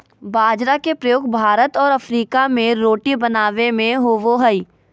बाजरा के प्रयोग भारत और अफ्रीका में रोटी बनाबे में होबो हइ